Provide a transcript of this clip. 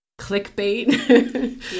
clickbait